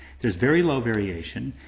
there's very low variation.